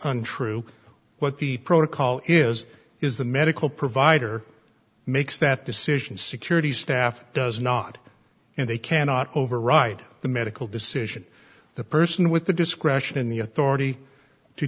untrue what the protocol is is the medical provider makes that decision security staff does not and they cannot override the medical decision the person with the discretion in the authority to